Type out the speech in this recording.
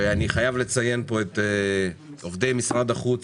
אני חייב לציין פה את עובדי משרד החוץ,